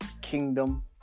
Kingdom